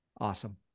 Awesome